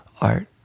art